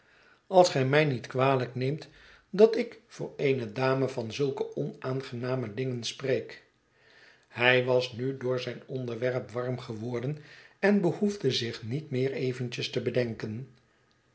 als gij mij niet kwalijk neemt dat ik voor eene dame van zulke onaangename dingen spreek hij was nu door zijn onderwerp warm geworden en behoefde zich niet meer eventjes te bedenken